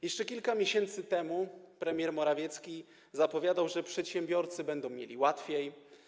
Jeszcze kilka miesięcy temu premier Morawiecki zapowiadał, że przedsiębiorcy będą mieli łatwiej.